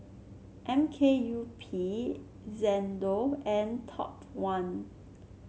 M K U P Xndo and Top One